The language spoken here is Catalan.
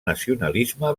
nacionalisme